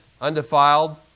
undefiled